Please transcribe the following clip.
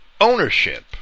ownership